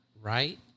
Right